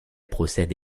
procède